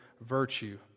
virtue